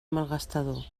malgastador